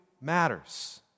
matters